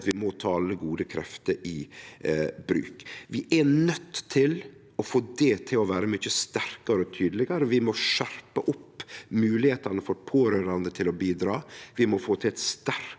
vi må ta alle gode krefter i bruk. Vi er nøydde til å få det til å vere mykje sterkare og tydelegare. Vi må skjerpe opp moglegheitene for pårørande til å bidra, vi må få til eit sterkare